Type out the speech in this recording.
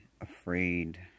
afraid